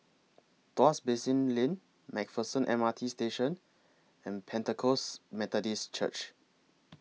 Tuas Basin Lane MacPherson M R T Station and Pentecost Methodist Church